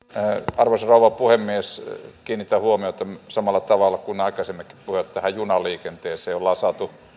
arvoisa rouva puhemies kiinnitän huomiota samalla tavalla kuin aikaisemmatkin puhujat tähän junaliikenteeseen ollaan saatu